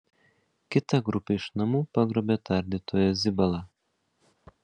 kita grupė iš namų pagrobė tardytoją zibalą